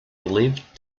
lived